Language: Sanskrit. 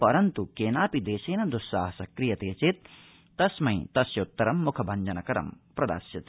परन्तु केनापि देशेन द्स्साहस क्रियते चेत् तस्मै तस्योत्तर मुखभंजनकरं प्रदास्यते